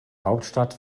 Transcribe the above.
hauptstadt